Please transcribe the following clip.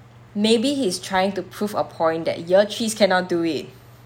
maybe he's trying to prove a point that year threes cannot do it